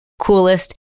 coolest